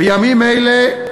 בימים אלה,